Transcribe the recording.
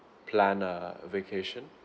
plan a vacation